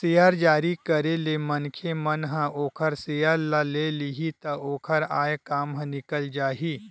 share जारी करे ले मनखे मन ह ओखर सेयर ल ले लिही त ओखर आय काम ह निकल जाही